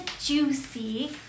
juicy